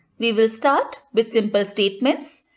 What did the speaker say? we will start with simple statements,